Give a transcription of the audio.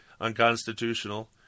unconstitutional